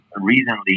recently